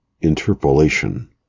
interpolation